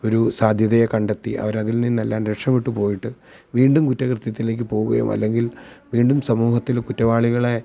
ഒരു സാധ്യതയെ കണ്ടെത്തി അവരതിൽ നിന്നെല്ലാം രക്ഷപെട്ട് പോയിട്ട് വീണ്ടും കുറ്റകൃത്യത്തിലേക്ക് പോവുകയും അല്ലെങ്കിൽ വീണ്ടും സമൂഹത്തിൽ കുറ്റവാളികളെ